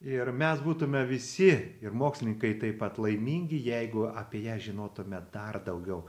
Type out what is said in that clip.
ir mes būtume visi ir mokslininkai taip pat laimingi jeigu apie ją žinotume dar daugiau